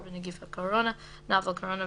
בנגיף הקורונה (Novel Coronavirus nCov-2019)